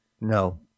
No